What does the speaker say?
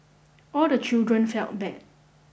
all the children felt bad